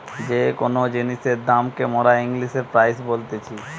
যে কোন জিনিসের দাম কে মোরা ইংলিশে প্রাইস বলতিছি